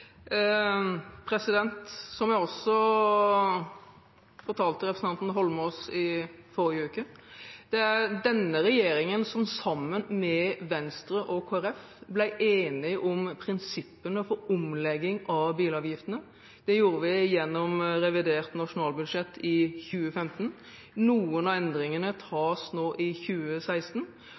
Som jeg også fortalte representanten Eidsvoll Holmås i forrige uke, er det denne regjeringen som sammen med Venstre og Kristelig Folkeparti ble enig om prinsippene for omlegging av bilavgiftene. Det gjorde vi gjennom revidert nasjonalbudsjett for 2015. Noen av endringene tas nå i 2016.